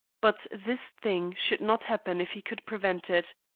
but this thing should not happen if he could prevent it.